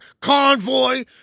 convoy